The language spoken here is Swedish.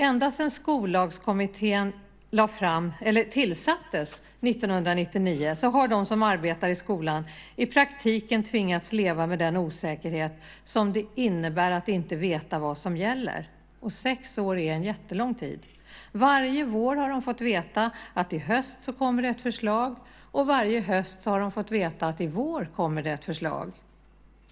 Ända sedan Skollagskommittén tillsattes 1999 har de som arbetar i skolan i praktiken tvingats leva med den osäkerhet som det innebär att inte veta vad som gäller. Sex år är en jättelång tid. Varje vår har de fått veta att i höst kommer det ett förslag, och varje höst har de fått veta att i vår kommer det ett förslag.